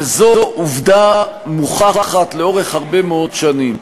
וזו עובדה מוכחת לאורך הרבה מאוד שנים,